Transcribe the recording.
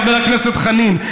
חבר הכנסת חנין.